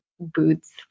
Boots